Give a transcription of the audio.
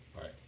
Right